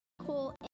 cool